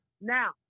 now